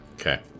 Okay